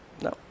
No